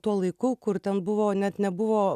tuo laiku kur ten buvo net nebuvo